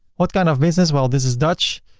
what kind of business? well this is dutch.